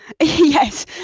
Yes